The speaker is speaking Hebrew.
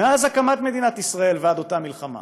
מאז הקמת מדינת ישראל ועד אותה מלחמה.